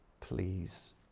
Please